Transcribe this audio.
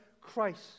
christ